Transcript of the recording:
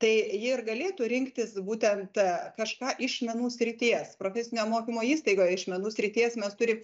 tai ji ir galėtų rinktis būtent kažką iš menų srities profesinio mokymo įstaigoje iš menų srities mes turim